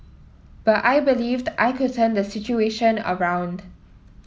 but I believed I could turn the situation around